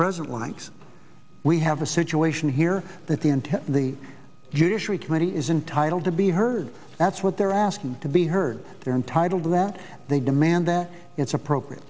president wants we have a situation here that the in to the judiciary committee is entitled to be heard that's what they're asking to be heard they're entitled that they demand that it's appropriate